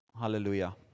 hallelujah